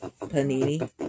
Panini